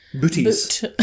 Booties